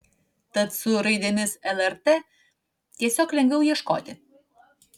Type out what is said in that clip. tad su raidėmis lrt tiesiog lengviau ieškoti